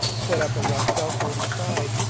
put up a rough shelter inside,